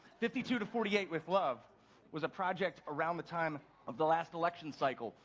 fifty two to forty eight with love was a project around the time of the last election cycle,